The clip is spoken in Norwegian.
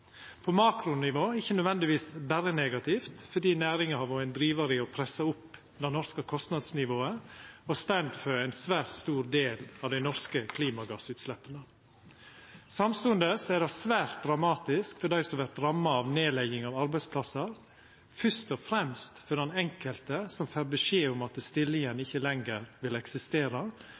På makronivå er ikkje det nødvendigvis berre negativt, for næringa har vore ein drivar i å pressa opp det norske kostnadsnivået og står for ein svært stor del av dei norske klimagassutsleppa. Samstundes er det svært dramatisk for dei som vert ramma av nedlegging av arbeidsplassar, fyrst og fremst for den enkelte som får beskjed om at stillinga ikkje lenger vil eksistera,